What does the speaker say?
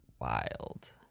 Wild